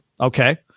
Okay